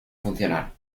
funcionar